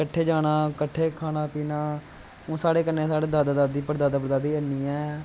कट्ठे जाना कट्ठे खाना पीना हुन साढ़े कन्नै साढ़े दादा दादी पड़दादा पड़दादी नी ऐं